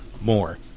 more